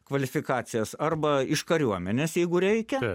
kvalifikacijas arba iš kariuomenės jeigu reikia